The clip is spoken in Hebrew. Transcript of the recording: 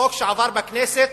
מחוק שעבר בכנסת,